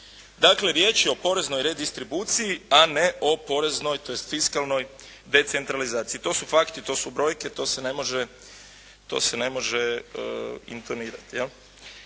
Dakle riječ je o poreznoj redistribuciji, a ne o poreznoj, tj. fiskalnoj decentralizaciji. To su fakti, to su brojke, to se ne može intonirat